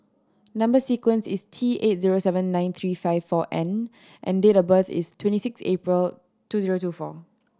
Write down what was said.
number sequence is T eight zero seven nine three five four N and date of birth is twenty six April two zero two four